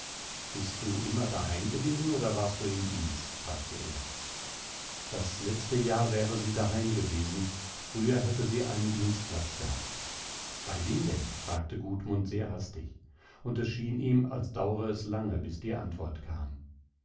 bist du immer daheim gewesen oder warst du im dienst fragte er das letzte jahr wäre sie daheim gewesen früher hätte sie einen dienstplatz gehabt bei wem denn fragte gudmund sehr hastig und es schien ihm als daure es lange bis die antwort kam